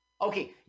Okay